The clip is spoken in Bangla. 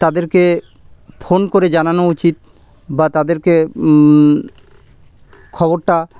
তাদেরকে ফোন করে জানানো উচিত বা তাদেরকে খবরটা